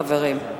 חברים.